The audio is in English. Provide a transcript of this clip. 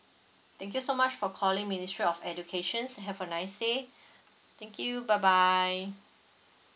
thank you so much for calling ministry of educations have a nice day thank you bye bye